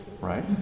Right